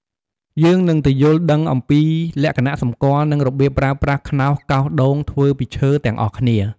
យើងនឹងទៅយល់ដឹងអំពីលក្ខណៈសម្គាល់ និងរបៀបប្រើប្រាស់ខ្នោសកោសដូងធ្វើពីឈើទាំងអស់គ្នា។